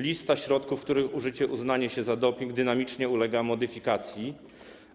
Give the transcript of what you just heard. Lista środków, których użycie uznaje się za doping, dynamicznie ulega modyfikacji